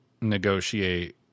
negotiate